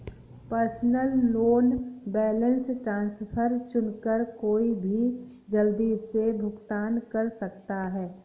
personal loan balance transfer चुनकर कोई भी जल्दी से भुगतान कर सकता है